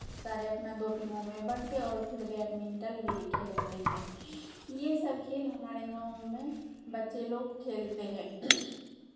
सारे अपना दो टीमों में बँट के और फिर बैटमिन्टन भी खेलते हैं ये सब खेल हमारे गाँव में बच्चे लोग खेलते हें